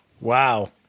Wow